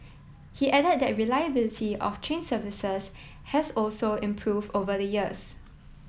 he added that reliability of train services has also improve over the years